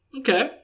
okay